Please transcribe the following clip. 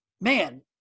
man